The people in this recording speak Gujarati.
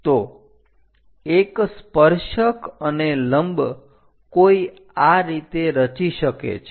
તો એક સ્પર્શક અને લંબ કોઈ આ રીતે રચી શકે છે